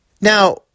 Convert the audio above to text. Now